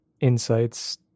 insights